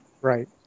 Right